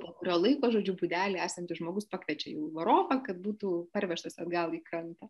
po kurio laiko žodžiu būdelėje esantis žmogus pakviečia jau varovą kad būtų parvežtas atgal į krantą